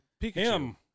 Pikachu